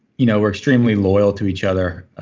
you know we're extremely loyal to each other.